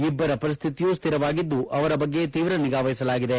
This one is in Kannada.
ಇಬ್ಬರ ಪರಿಶ್ವಿತಿಯು ಸ್ವಿರವಾಗಿದ್ದು ಅವರ ಬಗ್ಗೆ ತೀವ್ರ ನಿಗಾವಹಿಸಲಾಗಿದೆ